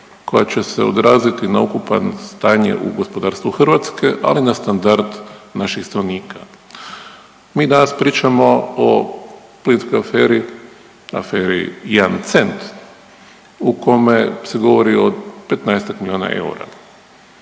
koja će se odraziti na ukupno stanje u gospodarstvu Hrvatske, ali na standard naših stanovnika. Mi danas pričamo o splitskoj aferi, aferi jedan cent u kome se govori o petnaestak milijona eura,